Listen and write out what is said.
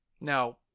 Now